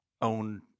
own